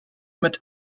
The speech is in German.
mit